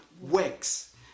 works